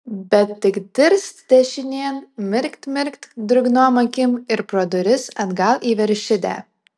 bet tik dirst dešinėn mirkt mirkt drungnom akim ir pro duris atgal į veršidę